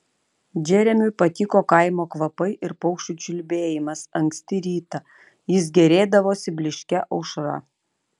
džeremiui patiko kaimo kvapai ir paukščių čiulbėjimas anksti rytą jis gėrėdavosi blyškia aušra